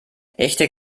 echte